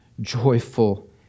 joyful